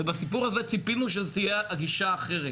ובסיפור הזה ציפינו שזו תהיה גישה אחרת.